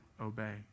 obey